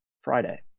Friday